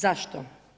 Zašto?